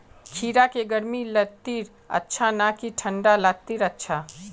खीरा की गर्मी लात्तिर अच्छा ना की ठंडा लात्तिर अच्छा?